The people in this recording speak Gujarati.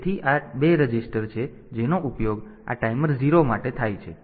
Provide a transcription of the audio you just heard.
તેથી આ 2 રજિસ્ટર છે જેનો ઉપયોગ આ ટાઈમર 0 માટે થાય છે